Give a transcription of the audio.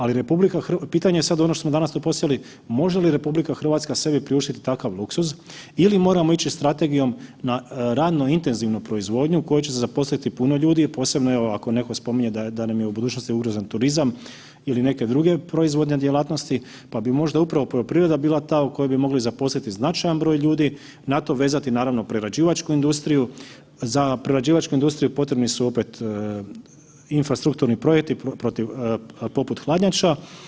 Ali RH, pitanje sad ono što smo danas tu postavili, može li RH sebi priuštiti takav luksuz ili moramo ići strategijom na radno intenzivnu proizvodnju u kojoj će se zaposliti puno ljudi, posebno evo, ako netko spominje da nam je u budućnosti ugrožen turizam ili neke druge proizvodne djelatnosti, pa bi možda upravo poljoprivreda bila ta u kojoj bi mogli zaposliti značajan broj ljudi, na to vezati, naravno prerađivačku industriju, za prerađivačku industriju potrebni su opet infrastrukturni projekti poput hladnjača.